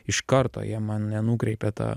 iš karto jie mane nukreipė ta